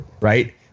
right